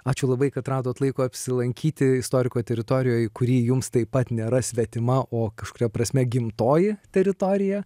ačiū labai kad radot laiko apsilankyti istoriko teritorijoj kuri jums taip pat nėra svetima o kažkuria prasme gimtoji teritorija